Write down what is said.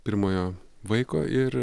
pirmojo vaiko ir